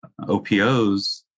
OPOs